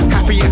Happy